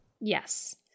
Yes